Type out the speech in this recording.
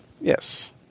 Yes